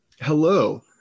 hello